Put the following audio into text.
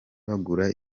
bagura